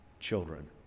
children